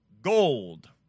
Gold